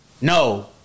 No